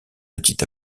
petit